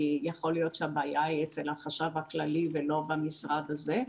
יכול להיות שהבעיה היא אצל החשב הכללי ולא במשרד הזה.